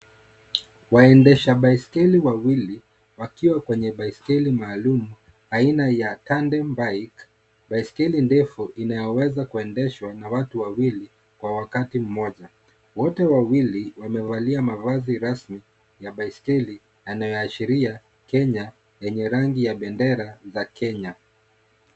Waendesha baiskeli wawili wakiwa kwenye baiskeli maalum aina ya Tandem Bike; baiskeli ndefu inayoweza kuendeshwa na watu wawili kwa wakati mmoja. Wote wawili wamevalia mavazi rasmi ya baiskeli yanaoyashiria, Kenya yenye rangi ya bendera za Kenya.